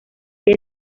que